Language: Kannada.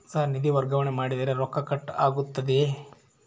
ಸರ್ ನಿಧಿ ವರ್ಗಾವಣೆ ಮಾಡಿದರೆ ರೊಕ್ಕ ಕಟ್ ಆಗುತ್ತದೆಯೆ?